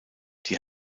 die